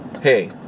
hey